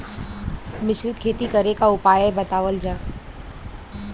मिश्रित खेती करे क उपाय बतावल जा?